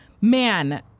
Man